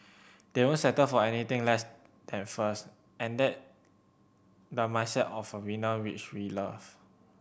they won't settle for anything less than first and that the mindset of a winner which we love